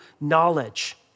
knowledge